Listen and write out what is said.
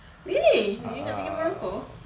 really you nak pergi morocco